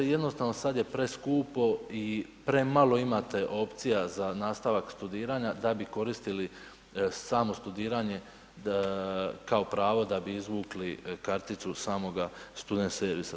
Jednostavno sad je preskupo i premalo imate opcija za nastavak studiranja da bi koristili samo studiranje kao pravo da bi izvukli samoga student servisa.